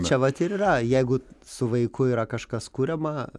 čia vat ir yra jeigu su vaiku yra kažkas kuriama